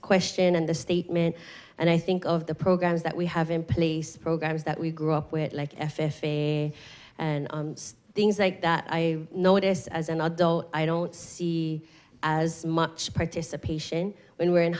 question and the statement and i think of the programs that we have in place programs that we grew up with like f if a and things like that i noticed as an adult i don't see as much participation when we were in